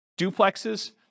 duplexes